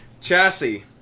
chassis